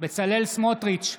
בצלאל סמוטריץ'